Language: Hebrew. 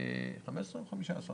15%